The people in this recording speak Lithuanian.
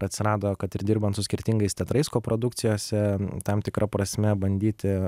atsirado kad ir dirbant su skirtingais teatrais koprodukcijose tam tikra prasme bandyti